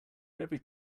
every